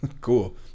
cool